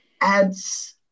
adds